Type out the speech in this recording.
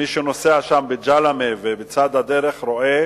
מי שנוסע בג'למה ובצד הדרך רואה